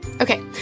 Okay